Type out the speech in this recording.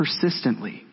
persistently